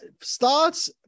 Starts